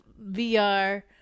VR